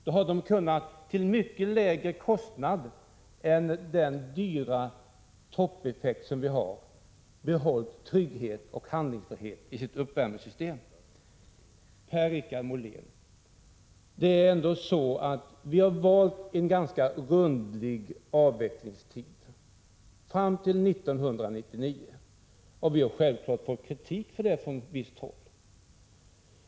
Då hade de till mycket lägre kostnad än med den dyra toppeffekt som vi har i dag kunnat behålla trygghet och handlingsfrihet i sitt uppvärmningssystem. Per-Richard Molén! Det är ändå så att vi har valt en rundlig avvecklingstid — fram till 1999 — och vi har självfallet fått ta emot kritik för det från visst håll.